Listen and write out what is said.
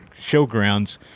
showgrounds